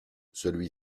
celui